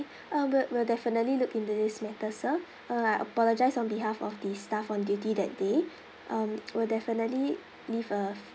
uh we'll we'll definitely look into this matter sir uh I apologize on behalf of the staff on duty that day um we'll definitely leave a